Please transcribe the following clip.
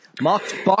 Mark